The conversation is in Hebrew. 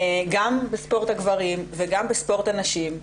גם בספורט הגברים וגם בספורט הנשים,